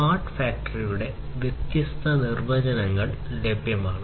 smart ഫാക്ടറിയുടെ വ്യത്യസ്ത നിർവചനങ്ങൾ ലഭ്യമാണ്